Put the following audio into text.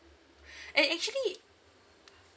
and actually